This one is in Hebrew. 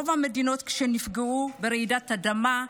רוב המדינות, כשהן נפגעו ברעידת אדמה,